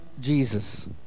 Jesus